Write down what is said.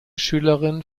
schülerin